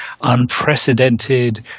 unprecedented